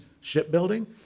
shipbuilding